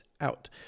out